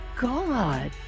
God